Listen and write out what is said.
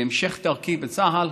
בהמשך דרכי בצה"ל,